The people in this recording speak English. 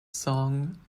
song